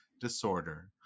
disorder